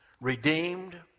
Redeemed